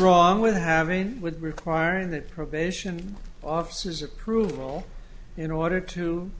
wrong with having with requiring that probation officers approval in order to